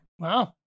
Wow